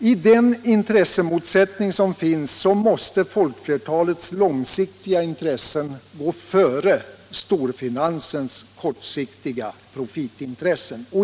I den intressemotsättning som finns måste folkflertalets långsiktiga intressen gå före storfinansens kortsiktiga profitintresse.